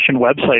website